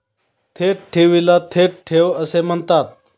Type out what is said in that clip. थेट ठेवीला थेट ठेव असे म्हणतात